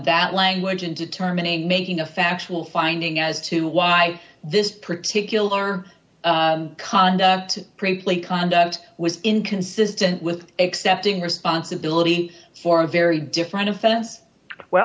that language in determining making a factual finding as to why this particular conduct priestley conduct was inconsistent with accepting responsibility for a very different offense